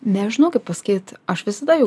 nežinau kaip pasakyt aš visada jų